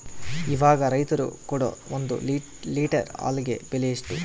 ಇವಾಗ ರೈತರು ಕೊಡೊ ಒಂದು ಲೇಟರ್ ಹಾಲಿಗೆ ಬೆಲೆ ಎಷ್ಟು?